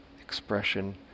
expression